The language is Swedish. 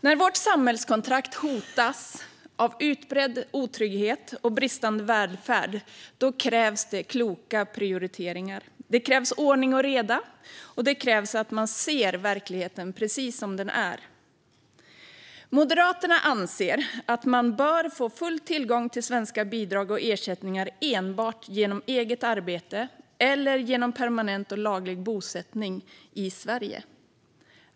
När vårt samhällskontrakt hotas av utbredd otrygghet och bristande välfärd krävs kloka prioriteringar. Det krävs ordning och reda, och det krävs att man ser verkligheten precis som den är. Moderaterna anser att man bör få full tillgång till svenska bidrag och ersättningar enbart genom eget arbete eller genom permanent och laglig bosättning i Sverige.